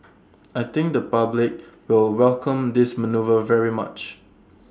I think the public will welcome this manoeuvre very much